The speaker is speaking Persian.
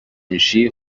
میشی